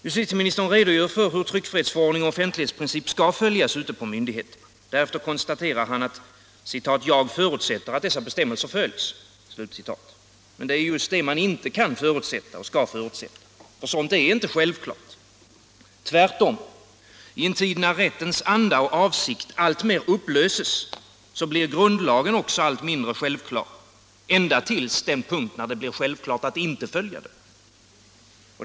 Justitieministern redogör för hur tryckfrihetsförordning och offentlighetsprincip skall följas ute hos myndigheterna. Därefter konstaterar han att han ”förutsätter att dessa bestämmelser följs”. Om rätten att Men det är ju just detta man inte kan och inte skall förutsätta. Sådant — anonymt ta del av är inte självklart. Tvärtom — i en tid när rättens anda och avsikt alltmer = allmänna handlingupplöses blir grundlagen också allt mindre självklar, ända tills den punkt = ar nås när det är självklart att inte följa den.